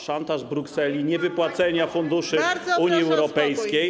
szantaż Brukseli niewypłaceniem funduszy Unii Europejskiej.